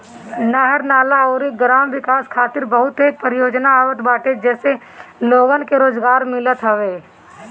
नहर, नाला अउरी ग्राम विकास खातिर बहुते परियोजना आवत बाटे जसे लोगन के रोजगार मिलत हवे